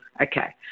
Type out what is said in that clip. okay